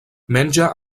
menja